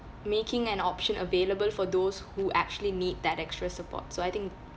making an option available for those who actually need that extra support so I think